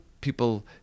people